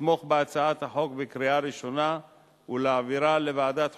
לתמוך בהצעת החוק בקריאה ראשונה ולהעבירה לוועדת החוקה,